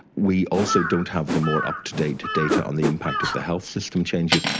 we also don't have the more up-to-date data on the impact of the health system changes,